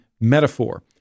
metaphor